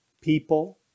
people